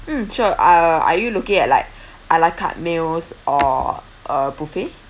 mm sure uh are you looking at like a la carte meals or uh buffet